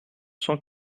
cent